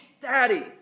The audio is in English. daddy